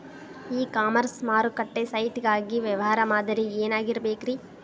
E commerce ಮಾರುಕಟ್ಟೆ site ಗಾಗಿ ವ್ಯವಹಾರ ಮಾದರಿ ಏನಾಗಿರಬೇಕ್ರಿ?